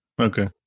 Okay